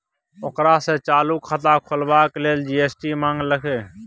ओकरा सँ चालू खाता खोलबाक लेल जी.एस.टी मंगलकै